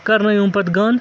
کَرنٲیُم پَتہٕ گنٛد